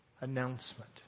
announcement